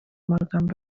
magambo